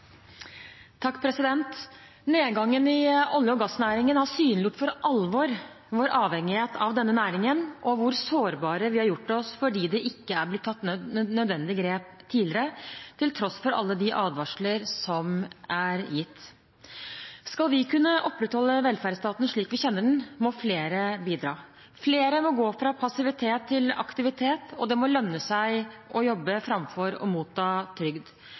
har for alvor synliggjort vår avhengighet av denne næringen og hvor sårbare vi har gjort oss fordi det ikke er blitt tatt nødvendige grep tidligere – til tross for alle de advarsler som er gitt. Skal vi kunne opprettholde velferdsstaten slik vi kjenner den, må flere bidra. Flere må gå fra passivitet til aktivitet, og det må lønne seg å jobbe framfor å motta trygd.